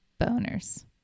boners